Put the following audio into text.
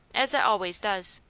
as it always does.